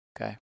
Okay